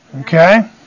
Okay